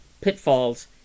pitfalls